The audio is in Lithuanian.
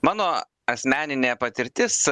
mano asmeninė patirtis